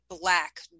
black